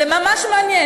זה ממש מעניין,